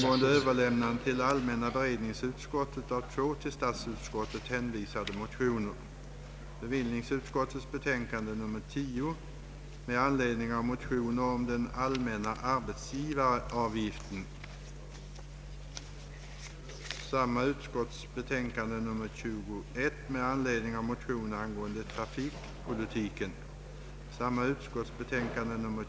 Herr talman! Den 27 november 1968 meddelade statsrådet Moberg i första kammaren att han icke då var beredd att uttala sig i frågan om en eventuell statlig utbildning av psykoterapeuter.